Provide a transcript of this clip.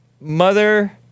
mother